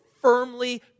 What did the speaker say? firmly